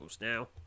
now